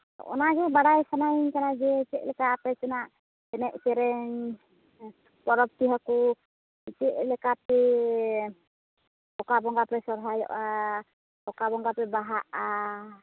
ᱚᱱᱟ ᱜᱮ ᱵᱟᱲᱟᱭ ᱥᱟᱱᱟᱧ ᱠᱟᱱᱟ ᱡᱮ ᱪᱮᱫᱞᱮᱠᱟ ᱟᱯᱮ ᱥᱮᱱᱟᱜ ᱮᱱᱮᱡ ᱥᱮᱨᱮᱧ ᱯᱚᱨᱚᱵᱽ ᱯᱤᱦᱟᱹ ᱠᱚ ᱪᱮᱫ ᱞᱮᱠᱟ ᱯᱮ ᱚᱠᱟ ᱵᱚᱸᱜᱟ ᱯᱮ ᱥᱚᱨᱦᱟᱭᱚᱜᱼᱟ ᱚᱠᱟ ᱵᱚᱸᱜᱟ ᱯᱮ ᱵᱟᱦᱟᱜᱼᱟ